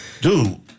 Dude